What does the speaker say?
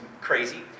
crazy